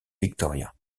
victoria